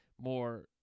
more